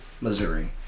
Missouri